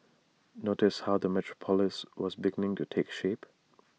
notice how the metropolis was beginning to take shape